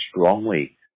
strongly